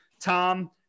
Tom